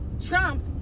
trump